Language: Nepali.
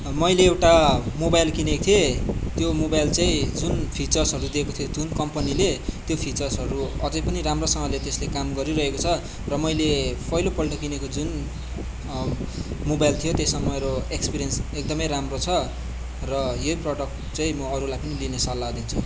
मैले एउटा मोबाइल किनेको थिएँ त्यो मोबाइल चाहिँ जुन फिचर्सहरू दिएको थियो जुन कम्पनीले त्यो फिचर्सहरू अझै पनि राम्रोसँगले त्यसले काम गरिरहेको छ र मैले पहिलोपल्ट किनेको जुन मोबाइल थियो त्यसमा मेरो एक्सपिरियन्स एकदमै राम्रो छ र यही प्रोडक्ट चाहिँ म अरूलाई पनि लिने सल्लाह दिन्छु